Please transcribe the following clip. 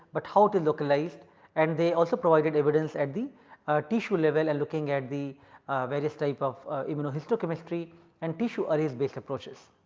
but how it is and localized and they also provided evidence at the tissue level and looking at the various type of immune histo chemistry and tissue arrays based approaches.